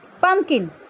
Pumpkin